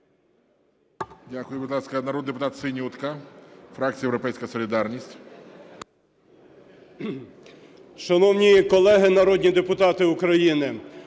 Дякую. Будь ласка, народний депутат Синютка, фракція "Європейська солідарність".